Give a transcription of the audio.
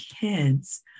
kids